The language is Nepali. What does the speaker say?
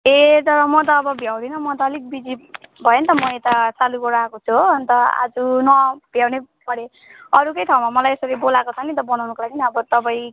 ए तर म त अब भ्याउँदिनँ म त अलिक बिजी भएँ नि त म यता सालुगढा आएको छु हो अन्त आज म नभ्याउने परेँ अरूकै ठाउँमा मलाई यसरी बोलाको छ नि त बनाउनुको लागि अब तपाईँ